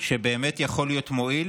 שבאמת יכול להיות מועיל,